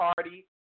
party